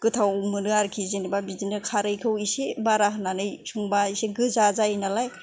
गोथाव मोनो आरोखि जेनेबा बिदिनो खारैखौ एसे बारा होनानै संबा एसे गोजा जायोनालाय